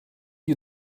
you